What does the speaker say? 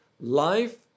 Life